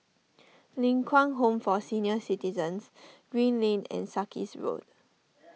Ling Kwang Home for Senior Citizens Green Lane and Sarkies Road